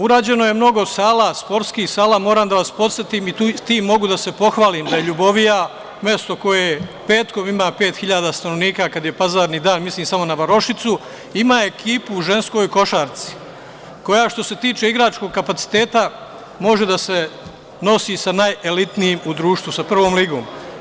Urađeno je mnogo sala, sportskih sala, moram da vas podsetim, i mogu da se pohvalim da je LJubovija mesto koje petkom ima 5.000 stanovnika kada je parazni dan, mislim samo na varošicu, ima ekipu u ženskoj košarci koja što se tiče igračkog kapaciteta može da se nosi sa najelitnijim u društvu, sa prvom ligom.